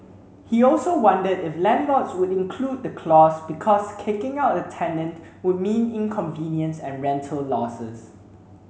he also wondered if landlords would include the clause because kicking out a tenant would mean inconvenience and rental losses